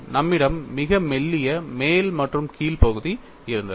நம்மிடம் மிக மெல்லிய மேல் மற்றும் கீழ் பகுதி இருந்தது